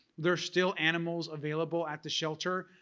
there's still animals available at the shelter.